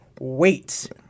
Wait